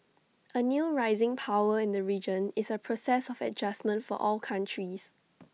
A new rising power in the region is A process of adjustment for all countries